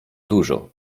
dużo